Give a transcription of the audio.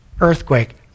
earthquake